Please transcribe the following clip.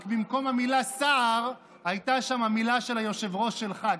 רק במקום המילה "סער" הייתה שם המילה של היושב-ראש שלך,